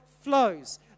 flows